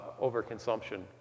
overconsumption